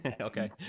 Okay